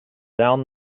down